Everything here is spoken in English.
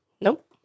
Nope